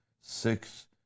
Six